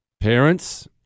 parents